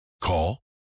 Call